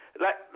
Let